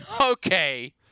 okay